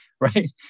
right